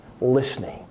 listening